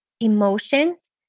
emotions